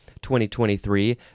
2023